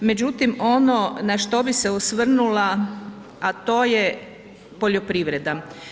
Međutim, ono na što bih se osvrnula a to je poljoprivreda.